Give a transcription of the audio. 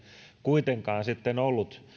kuitenkaan ollut